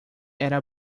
era